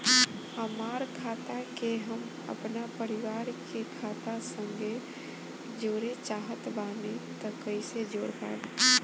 हमार खाता के हम अपना परिवार के खाता संगे जोड़े चाहत बानी त कईसे जोड़ पाएम?